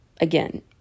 Again